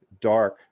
dark